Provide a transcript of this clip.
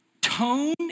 tone